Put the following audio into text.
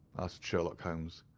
asked sherlock holmes.